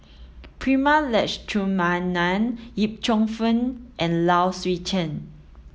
Prema Letchumanan Yip Cheong and Low Swee Chen